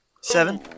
Seven